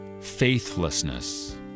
Faithlessness